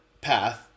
path